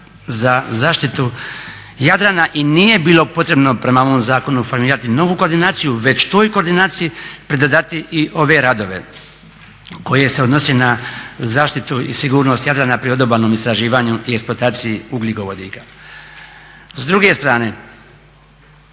za zaštitu Jadrana. I nije bilo potrebno prema ovom zakonu formirati novu koordinaciju već toj koordinaciji pridodati i ove radove koji se odnose na zaštitu i sigurnost Jadrana pri odobalnom istraživanju i eksploataciji ugljikovodika. S druge strane